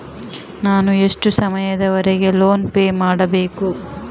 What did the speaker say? ನಾನು ಎಷ್ಟು ಸಮಯದವರೆಗೆ ಲೋನ್ ಪೇ ಮಾಡಬೇಕು?